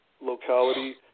locality